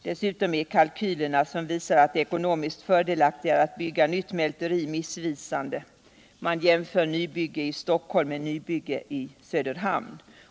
Dessutom är de kalkyler som visar att det är ekonomiskt fördelaktigare att bygga nytt mälteri missvisande, då man jämför ett nybygge i Stockholm med ett nybygge i Söderhamn.